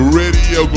radio